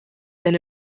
been